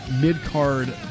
mid-card